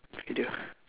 video